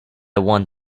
one